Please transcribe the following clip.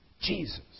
Jesus